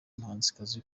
umuhanzikazi